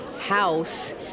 house